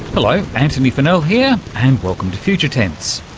hello, antony funnell here, and welcome to future tense.